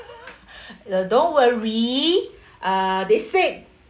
uh don't worry uh they said